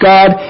God